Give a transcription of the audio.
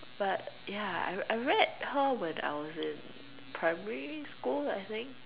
but ya I I read her when I was in primary school I think